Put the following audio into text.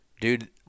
dude